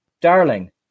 darling